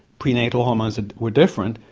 prenatal hormones ah were different,